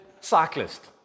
cyclist